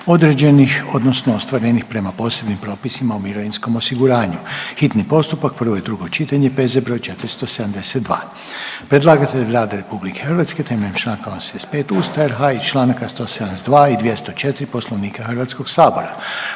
određenih, odnosno ostvarenih prema posebnim propisima o mirovinskom osiguranju, hitni postupak, prvo i drugo čitanje, P.Z. br. 472; Predlagatelj je Vlada temeljem čl. 85. Ustava i čl. 172. i 204. Poslovnika Hrvatskog sabora.